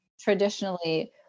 traditionally